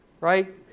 Right